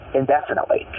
indefinitely